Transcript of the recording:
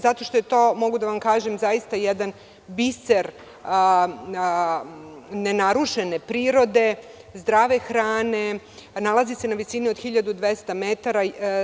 Zato što je to, mogu da vam kažem, zaista jedan biser nenarušene prirode, zdrave hrane, nalazi se na visini od 1200 metara.